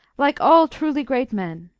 like all truly great men!